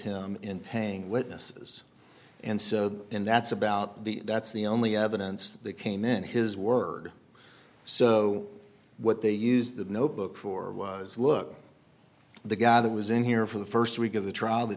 him in paying witnesses and so then that's about the that's the only evidence they came in his word so what they use the notebook for was look the guy that was in here for the st week of the trial the